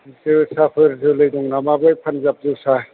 जोसाफोर जोलै दं नामा बे पानजाब जोसा